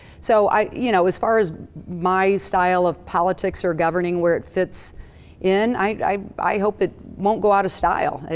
so, you know, as far as my style of politics or governing, where it fits in, i hope it won't go out of style. ah